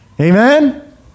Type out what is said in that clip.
Amen